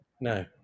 No